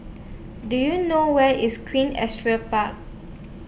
Do YOU know Where IS Queen Astrid Park